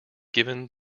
given